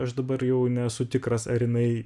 aš dabar jau nesu tikras ar jinai